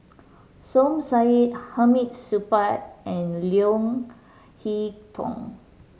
Som Said Hamid Supaat and Leo Hee Tong